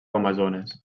amazones